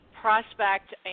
prospect